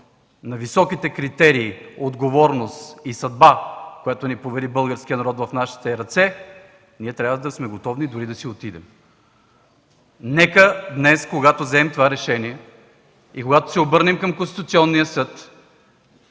на високите критерии отговорност и съдба, които ни повери българският народ в нашите ръце, трябва да сме готови дори да си отидем. Нека днес, когато вземем това решение и когато се обърнем към Конституционния съд,